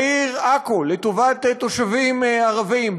בעיר עכו, לטובת תושבים ערבים?